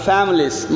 Families